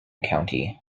county